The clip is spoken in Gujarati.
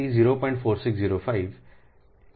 બરાબર તેથી 2 થી 0